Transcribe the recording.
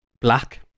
black